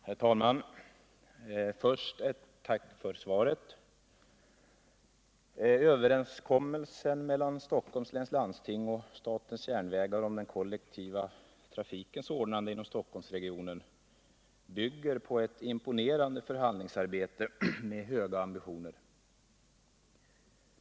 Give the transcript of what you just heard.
Herr talman! Först ett tack för svaret! Överenskommelsen mellan Stockholms läns landsting och statens järnvägar om den kollektiva trafikens ordnande inom Stockholmsregionen bygger på ett imponerande förhandlingsarbete med höga ambitioner.